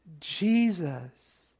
Jesus